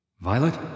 Violet